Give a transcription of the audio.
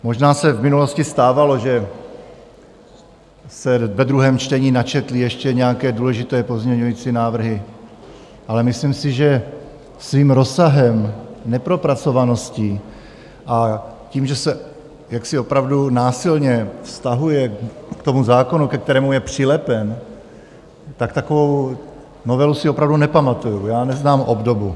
Možná se v minulosti stávalo, že se ve druhém čtení načetly ještě nějaké důležité pozměňovací návrhy, ale myslím si, že svým rozsahem, nepropracovaností a tím, že se jaksi opravdu násilně vztahuje k zákonu, ke kterému je přilepen, tak takovou novelu si opravdu nepamatuji, neznám obdobu.